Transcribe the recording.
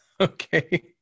Okay